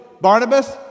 Barnabas